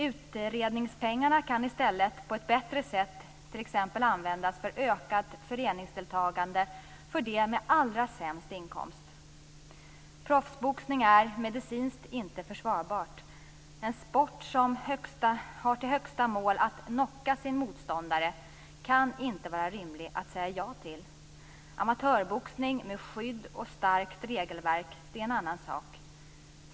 Utredningspengarna kan i stället på ett bättre sätt användas för t.ex. ökat föreningsdeltagande för dem med allra sämst inkomst. Proffsboxning är medicinskt inte försvarbart. En sport som har som högsta mål att nocka sin motståndare kan inte vara rimlig att säga ja till. Amatörboxning med skydd och starkt regelverk är en annan sak.